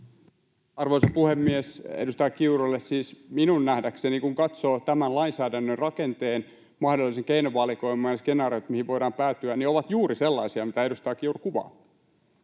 Arvoisa puhemies! Edustaja Kiurulle: Siis minun nähdäkseni, kun katsoo tämän lainsäädännön rakenteen, mahdollisen keinovalikoiman ja skenaariot, mihin voidaan päätyä, ne ovat juuri sellaisia, mitä edustaja Kiuru kuvaa.